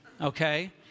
okay